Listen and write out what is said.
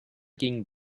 ging